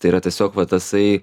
tai yra tiesiog va tasai